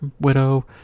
Widow